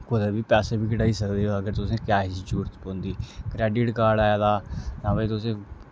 कुदै बी पैसे बी कढाई सकदे ओ अगर तुसें कैश दी जरूरत पौंदी ऐ क्रैडिट कार्ड आए दा जां फ्ही तुसें